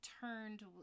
turned